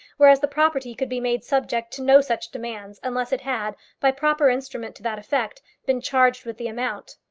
whereas the property could be made subject to no such demand unless it had, by proper instrument to that effect, been charged with the amount.